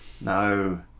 No